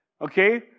Okay